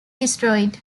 destroyed